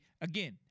again